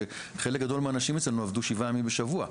שחלק גדול מהאנשים אצלנו עבדו 7 ימים בשבוע.